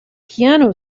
piano